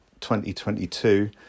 2022